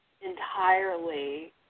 entirely